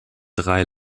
drei